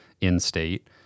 in-state